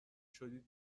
شدید